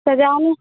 सजाने